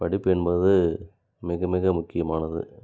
படிப்பு என்பது மிக மிக முக்கியமானது